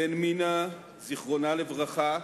בן מינה, זכרה לברכה,